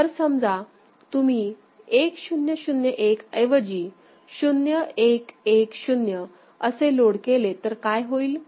तर समजा तुम्ही 1 0 0 1 ऐवजी 0 1 1 0 असे लोड केले तर काय होईल